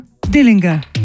Dillinger